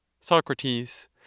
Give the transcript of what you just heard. Socrates